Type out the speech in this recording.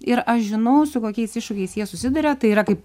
ir aš žinau su kokiais iššūkiais jie susiduria tai yra kaip